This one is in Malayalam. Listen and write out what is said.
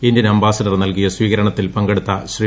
ഇന്ത്യൻ അംബാസിഡർ നൽകിയ സ്വീകരണത്തിൽ പങ്കെടുത്ത ശ്രീ